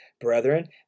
brethren